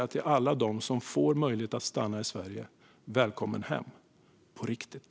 Till alla dem som får möjlighet att stanna i Sverige vill jag kunna säga välkommen hem - på riktigt.